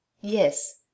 Yes